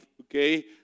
Okay